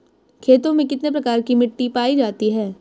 खेतों में कितने प्रकार की मिटी पायी जाती हैं?